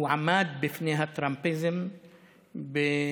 הוא עמד בפני הטראמפיזם בנחישות,